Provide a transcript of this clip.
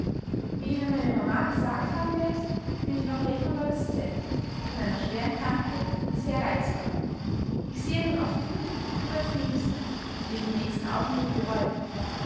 wie ihnen meine mama gesagt haben wird bin ich noch rekonvaleszent von einer schweren erkrankung und sehr reizbar ich sehe dann oft dinge die übertrieben sind und die ich im nächsten augenblick bereue